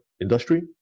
industry